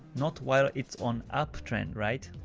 not while it's on up trend, alright?